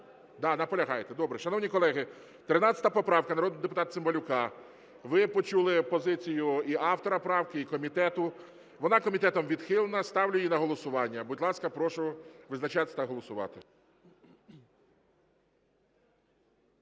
Да, наполягаєте. Добре. Шановні колеги, 13 поправка народного депутата Цимбалюка. Ви почули позицію і автора правки, і комітету. Вона комітетом відхилена. Ставлю її на голосування. Будь ласка, прошу визначатися та голосувати.